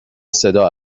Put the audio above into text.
صدا